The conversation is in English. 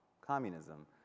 communism